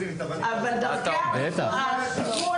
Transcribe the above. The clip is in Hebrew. אבל דרכי הטיפול,